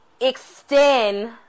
extend